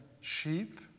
sheep